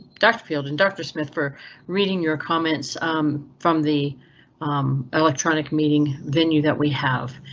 doctor, field and doctor smith for reading your comments from the electronic meeting venue that we have.